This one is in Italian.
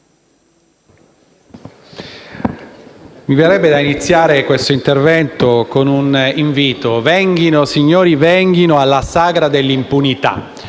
mi verrebbe da iniziare il mio intervento con l'invito «venghino, signori, venghino, alla sagra dell'impunità».